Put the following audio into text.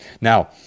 Now